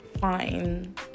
fine